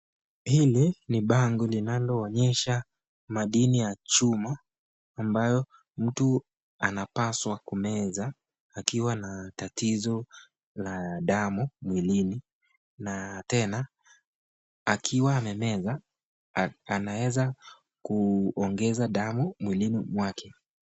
Hili ni bango linaloonyesha madini ya chuma ,ambayo mtu anapaswa kumeza akiwa na tatizo la damu mwilini ,na tena akiwa amemeza ,anaeza kuongeza damu mwilini mwake.